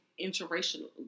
interracial